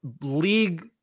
league